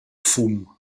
fum